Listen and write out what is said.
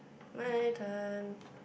my turn